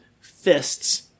fists